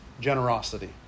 Generosity